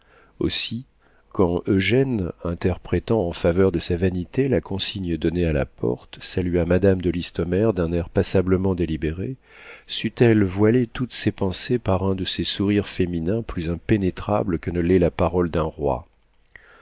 aussi quand eugène interprétant en faveur de sa vanité la consigne donnée à la porte salua madame de listomère d'un air passablement délibéré sut-elle voiler toutes ses pensées par un de ces sourires féminins plus impénétrables que ne l'est la parole d'un roi